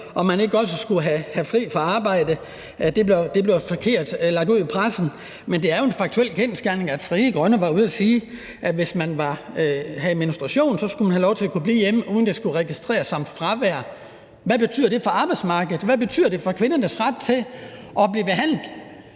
om man ikke også skulle have fri fra arbejde på grund af menstruation, fordi det blev udlagt forkert i pressen, men det er jo en kendsgerning, at Frie Grønne var ude at sige, at hvis man havde menstruation, skulle man have lov til at kunne blive hjemme, uden at det skulle registreres som fravær. Hvad betyder det for arbejdsmarkedet? Hvad betyder det for kvindernes ret til at blive behandlet